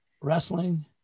wrestling